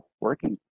working